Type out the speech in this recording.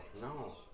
no